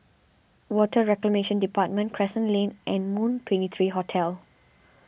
Water Reclamation Department Crescent Lane and Moon twenty three Hotel